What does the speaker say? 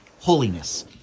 holiness